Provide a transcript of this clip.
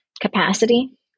capacity